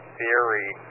theory